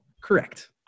Correct